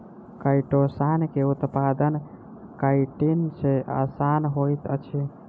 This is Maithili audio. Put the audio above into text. काइटोसान के उत्पादन काइटिन सॅ आसान होइत अछि